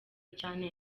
cyane